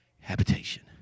habitation